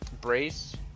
brace